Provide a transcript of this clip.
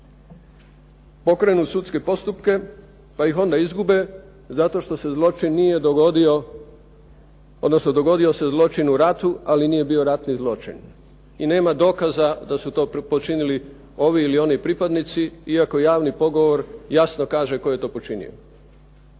pokrenu sudske postupke, pa ih izgube zato što se zločin dogodio u ratu ali nije bio ratni zločin. I nema dokaza da su to počinili ovi ili oni pripadnici. Iako javni pogovor jasno kaže tko je to počinio.